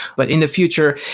but in the future,